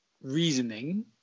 reasoning